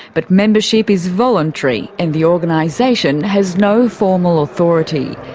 but membership is voluntary and the organisation has no formal authority.